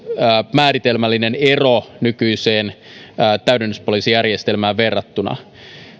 määritelmällinen ero nykyiseen täydennyspoliisijärjestelmään verrattuna